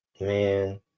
Man